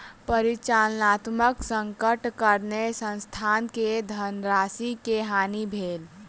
परिचालनात्मक संकटक कारणेँ संस्थान के धनराशि के हानि भेल